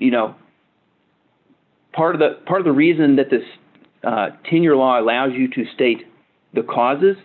you know part of the part of the reason that this ten year law allows you to state the causes